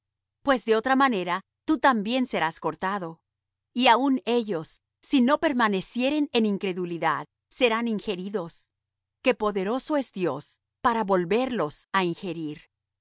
pues de otra manera tú también serás cortado y aun ellos si no permanecieren en incredulidad serán ingeridos que poderoso es dios para volverlos á ingerir